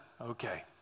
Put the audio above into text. Okay